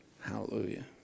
Hallelujah